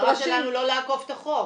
המטרה שלנו לא לעקוף את החוק.